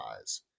eyes